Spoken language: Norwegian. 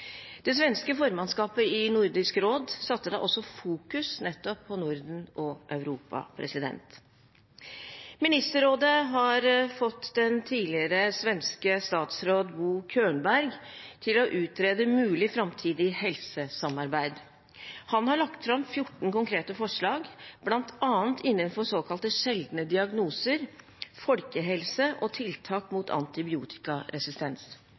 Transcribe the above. Det svenske formannskapet i Nordisk råd satte da også fokus nettopp på Norden og Europa. Ministerrådet har fått den tidligere svenske statsråd Bo Könberg til å utrede mulig framtidig helsesamarbeid. Han har lagt fram 14 konkrete forslag, bl.a. innenfor såkalte sjeldne diagnoser, folkehelse og tiltak mot antibiotikaresistens.